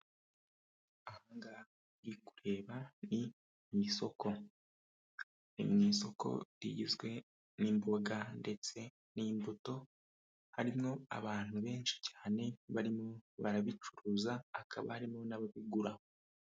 Aha ngaha ndi kureba ni mu isoko, ni mu isoko rigizwe n'imboga ndetse n'imbuto, harimo abantu benshi cyane barimo barabicuruza hakaba harimo n'ababigura.